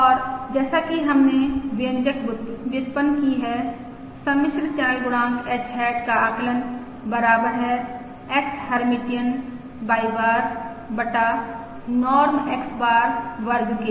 और जैसा कि हमने व्यंजक व्युत्पन्न की है सम्मिश्र चैनल गुणांक H हैट का आकलन बराबर है X हर्मिटियन Y बार बटा नॉर्म X बार वर्ग के